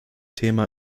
thema